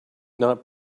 not